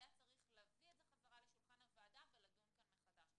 היה צריך להביא את זה חזרה לשולחן הוועדה ולדון מחדש.